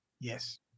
Yes